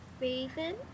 Raven